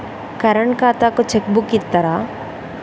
Current ఖాతాకు cheque book ఇత్తరా?